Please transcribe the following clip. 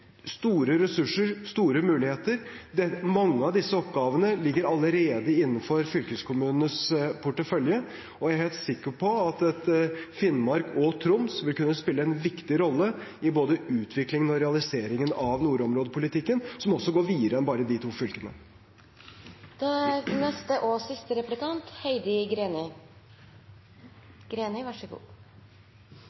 store ressurser, store muligheter. Mange av disse oppgavene ligger allerede innenfor fylkeskommunens portefølje, og jeg er helt sikker på at Finnmark og Troms vil kunne spille en viktig rolle i både utviklingen og realiseringen av nordområdepolitikken, som går videre enn bare de to fylkene. Statsråden var veldig tydelig på at en måtte bygge strukturen først og